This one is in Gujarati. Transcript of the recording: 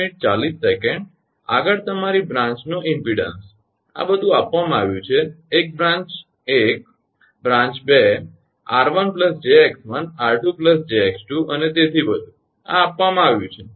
આગળ તમારી બ્રાંચનો ઇમપેડન્સ આ બધુ આપવામાં આવ્યુ છે એક બ્રાંચ 1 બ્રાંચ 2 𝑟1 𝑗𝑥1 𝑟2 𝑗𝑥2 અને તેથી વધુ આ આપવામાં આવ્યુ છે